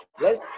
Yes